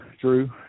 Drew